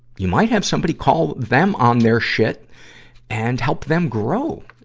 you might have somebody call them on their shit and help them grow.